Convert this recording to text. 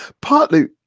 Partly